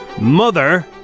Mother